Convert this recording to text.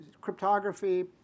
cryptography